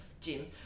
gym